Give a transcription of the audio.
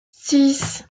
six